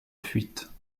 fuite